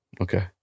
okay